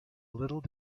little